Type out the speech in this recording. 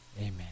Amen